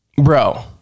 bro